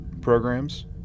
programs